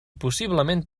possiblement